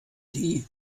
die